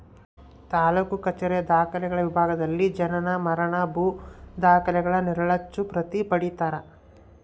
ತಾಲೂಕು ಕಛೇರಿಯ ದಾಖಲೆಗಳ ವಿಭಾಗದಲ್ಲಿ ಜನನ ಮರಣ ಭೂ ದಾಖಲೆಗಳ ನೆರಳಚ್ಚು ಪ್ರತಿ ಪಡೀತರ